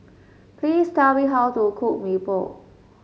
please tell me how to cook Mee Pok